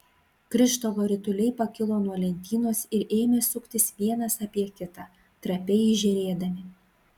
krištolo rutuliai pakilo nuo lentynos ir ėmė suktis vienas apie kitą trapiai žėrėdami